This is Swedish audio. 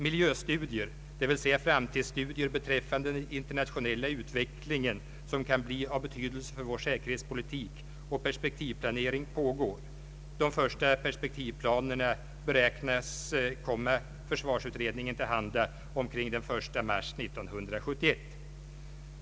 Miljöstudier, dvs. framtidsstudier beträffande den internationella utvecklingen som kan bli av betydelse för vår säkerhetspolitik, och perspektivplanering pågår. De första perspektivplanerna beräknas komma försvarsutredningen till handa omkring den 1 mars 1971.